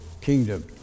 kingdom